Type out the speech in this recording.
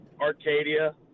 Arcadia